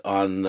on